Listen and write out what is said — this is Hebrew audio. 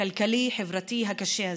הכלכלי והחברתי הקשה הזה,